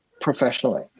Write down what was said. professionally